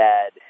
Dad